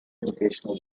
educational